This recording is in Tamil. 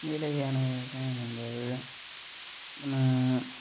நிலையான விவசாயம் பண்றது